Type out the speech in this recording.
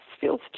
feels